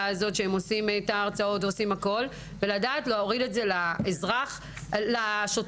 הזאת ולדעת להוריד את זה לשוטר שבקצה.